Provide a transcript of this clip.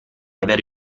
aver